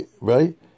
Right